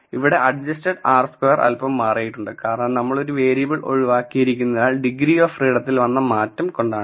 ഇവിടെ adjusted r square അല്പം മാറിയിട്ടുണ്ട് കാരണം നമ്മൾ ഒരു വേരിയബിൾ ഒഴിവാക്കിയതിനാൽ ഡിഗ്രി ഓഫ് ഫ്രീഡത്തിൽ വന്ന മാറ്റം കൊണ്ടാണിത്